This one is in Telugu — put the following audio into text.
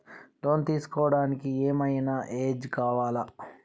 లోన్ తీస్కోవడానికి ఏం ఐనా ఏజ్ కావాలా?